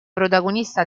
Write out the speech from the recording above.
protagonista